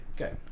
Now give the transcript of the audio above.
Okay